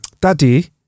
Daddy